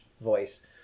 voice